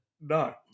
No